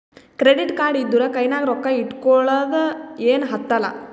credit card ಇದ್ದೂರ ಕೈನಾಗ್ ರೊಕ್ಕಾ ಇಟ್ಗೊಳದ ಏನ್ ಹತ್ತಲಾ